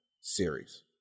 series